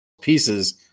pieces